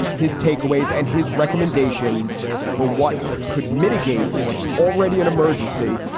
his takeaways and his recommendations for what could mitigate what's already an emergency,